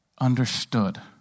understood